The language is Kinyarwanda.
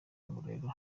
ngororero